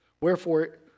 Wherefore